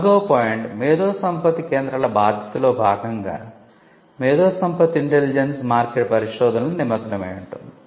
నాల్గవ పాయింట్ మేధోసంపత్తి కేంద్రాల బాధ్యతలో భాగంగా మేధోసంపత్తి ఇంటెలిజెన్స్ మార్కెట్ పరిశోధనలో నిమగ్నమై ఉంటుంది